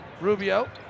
Rubio